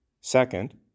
Second